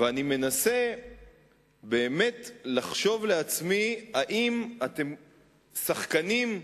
ואני מנסה באמת לחשוב לעצמי האם אתם שחקנים,